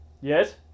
yes